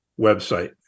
website